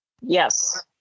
Yes